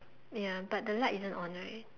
ya but the light isn't on right